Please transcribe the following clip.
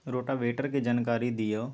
Rotavator के जानकारी दिआउ?